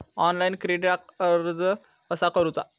Online क्रेडिटाक अर्ज कसा करुचा?